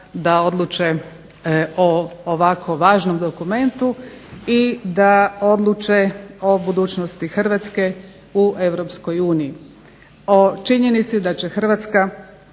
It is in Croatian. da odluče o ovako važnom dokumentu i da odluče o budućnosti Hrvatske u EU.